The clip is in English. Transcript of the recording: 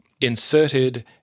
inserted